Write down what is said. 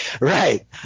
Right